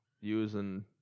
using